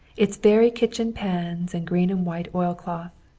its very kitchen pans and green-and-white oilcloth.